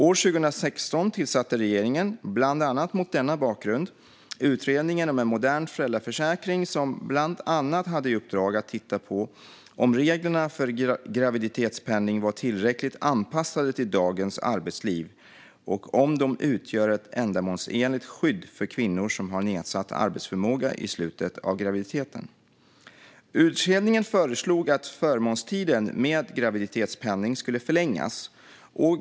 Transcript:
År 2016 tillsatte regeringen, bland annat mot denna bakgrund, Utredningen om en modern föräldraförsäkring, som bland annat hade i uppdrag att titta på om reglerna för graviditetspenning var tillräckligt anpassade till dagens arbetsliv och om de utgjorde ett ändamålsenligt skydd för kvinnor som har nedsatt arbetsförmåga i slutet av graviditeten. Utredningen föreslog att förmånstiden med graviditetspenning skulle förlängas.